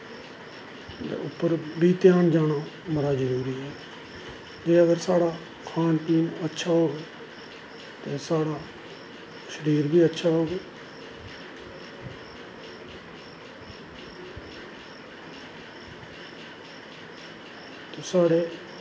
उप्पर बी ध्यान जाना बड़ा जरूरी ऐ ते अगर साढ़ा खान पीन अच्छा होग ते साढ़ा शरीर बी अच्छा होग ते साढ़े